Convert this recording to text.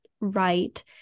right